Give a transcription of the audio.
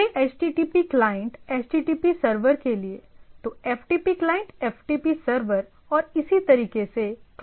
यह HTTP client HTTP server के लिए तो FTP क्लाइंट FTP सर्वर और इसी तरीके से क्लाइंट सर्वर कार्य करते हैं